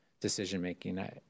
decision-making